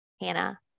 Hannah